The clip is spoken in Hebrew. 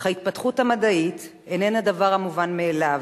אך ההתפתחות המדעית איננה דבר המובן מאליו.